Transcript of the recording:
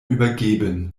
übergeben